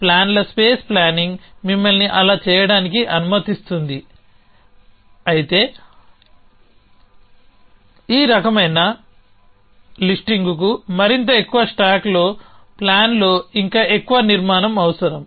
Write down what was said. ప్లాన్ల space planning మిమ్మల్ని అలా చేయడానికి అనుమతిస్తుంది అయితే ఈ రకమైన లిస్టింగ్కు మరింత ఎక్కువ స్టాక్లో ప్లాన్లో ఇంకా ఎక్కువ నిర్మాణం అవసరం